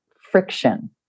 friction